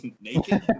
naked